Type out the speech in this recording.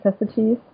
necessities